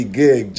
gig